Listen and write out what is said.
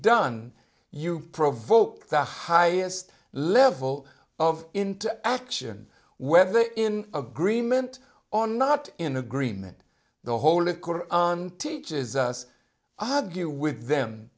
done you provoke the highest level of into action whether in agreement on not in agreement the whole it teaches us og you with them